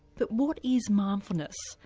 but what is mindfulness?